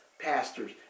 pastors